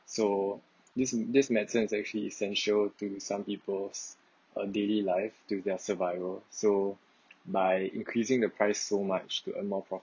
so this this medicine is actually essential to some people's uh daily life to their survival so by increasing the price so much to earn more